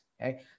Okay